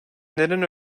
neden